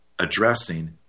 addressing